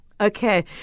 Okay